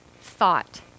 thought